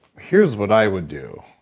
here's what i would do,